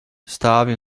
stāvi